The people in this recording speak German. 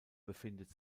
befindet